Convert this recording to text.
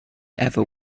ever